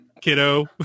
kiddo